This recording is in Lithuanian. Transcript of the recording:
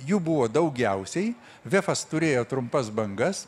jų buvo daugiausiai vefas turėjo trumpas bangas